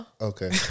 okay